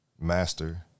master